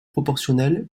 proportionnel